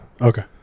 Okay